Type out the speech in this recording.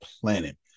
planet